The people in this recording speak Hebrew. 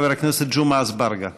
חבר הכנסת ג'מעה אזברגה.